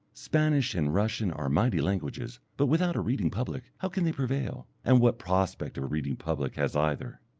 spanish and russian are mighty languages, but without a reading public how can they prevail, and what prospect of a reading public has either?